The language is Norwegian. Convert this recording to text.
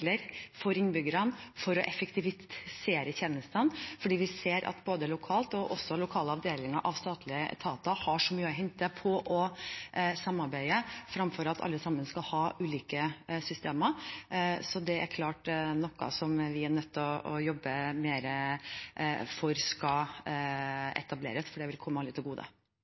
for innbyggerne, for å effektivisere tjenestene, fordi vi ser at man lokalt, og også lokale avdelinger av statlige etater, har mye å hente på samarbeid – framfor at alle skal ha ulike systemer. Det er klart at det er noe vi er nødt til å jobbe mer for å etablere, for det vil komme alle til gode.